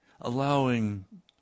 allowing